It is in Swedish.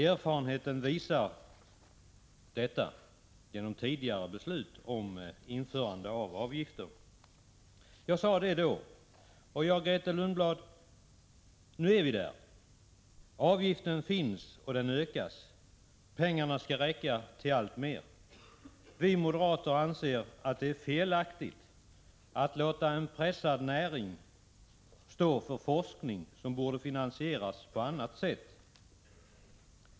Erfarenheten visar ju detta med tanke på tidigare beslut om införande av avgifter. Så sade jag då. Ja, Grethe Lundblad, nu är vi där; avgiften finns, och den skall höjas. Pengarna skall räcka till alltmer. Vi moderater anser att det är felaktigt att låta en pressad näring stå för forskning som borde finansieras på annat sätt.